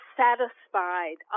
satisfied